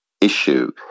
issue